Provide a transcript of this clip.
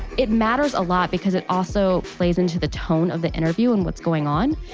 it matters a lot because it also plays into the tone of the interview and what's going on,